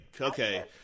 okay